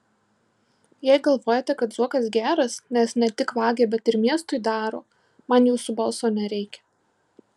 jei galvojate kad zuokas geras nes ne tik vagia bet ir miestui daro man jūsų balso nereikia